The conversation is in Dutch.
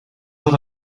zat